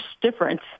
difference